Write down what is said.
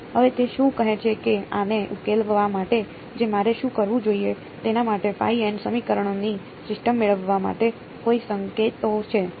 હવે તે શું કહે છે કે આને ઉકેલવા માટે જે મારે શું કરવું જોઈએ તેના માટે સમીકરણોની સિસ્ટમ મેળવવા માટે કોઈ સંકેતો છે